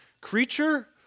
creature